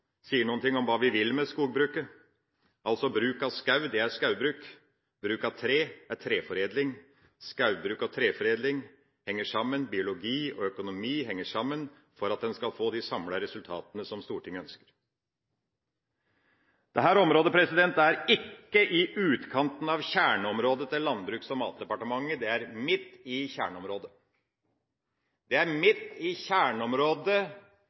om hva vi vil med skogbruket. Altså: Bruk av skog er skogbruk. Bruk av trær er treforedling. Skogbruk og treforedling henger sammen. Biologi og økonomi henger sammen, om man skal få de samlede resultatene som Stortinget ønsker. Dette området er ikke i utkanten av kjerneområdet til Landbruks- og matdepartementet. Det er midt i kjerneområdet,